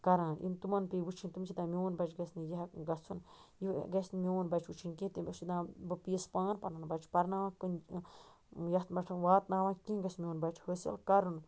کَران یِم تِمن پیٚیہِ وٕچھِنۍ تِم چھِ دا میون بَچہٕ گَژھِ نہٕ یہِ گَژھُن یہِ گَژھِ نہٕ میون بچہٕ وٕچھُن کیٚنٛہہ تیٚلہِ ٲسۍ چہِ دا بہٕ پیٖسہٕ پان پَنُن بَچہٕ پرناوان کُنہِ یَتھ پٮ۪تھ واتناوان کیٚنٛہہ گَژھِ حٲصِل کَرُن تہٕ